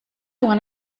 want